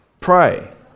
pray